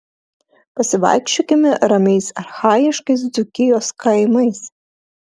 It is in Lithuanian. pasivaikščiokime ramiais archaiškais dzūkijos kaimais